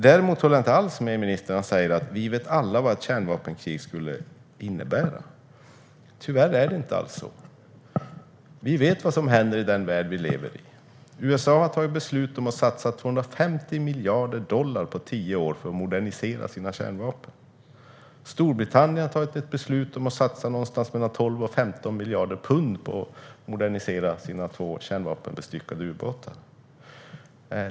Däremot håller jag inte alls med ministern när han säger att vi alla vet vad ett kärnvapenkrig skulle innebära. Tyvärr är det inte alls så; vi vet vad som händer i den värld vi lever i. USA har tagit beslut om att satsa 250 miljarder dollar på tio år för att modernisera sina kärnvapen. Storbritannien har tagit ett beslut om att satsa någonstans mellan 12 och 15 miljarder pund på att modernisera sina två kärnvapenbestyckade u-båtar.